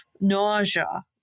nausea